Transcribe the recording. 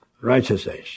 righteousness